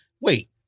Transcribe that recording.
wait